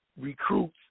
recruits